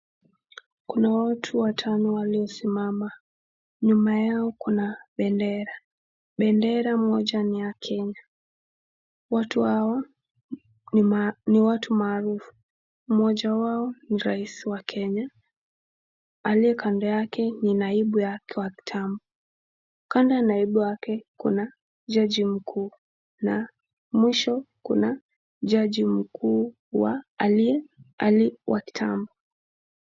Kuna watu watano waliosimama, nyuma yao kuna bendera, bendera moja ni ya Kenya, watu hawa ni watu maarufu mmoja wao ni Rais wa Kenya, aliye kando yake ni naibu wake wa kitambo. Kando ya naibu wake kuna jaji mkuu na mwisho kuna jaji mkuu wa kitambo.